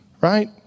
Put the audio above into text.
right